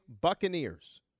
Buccaneers